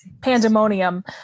pandemonium